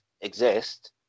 exist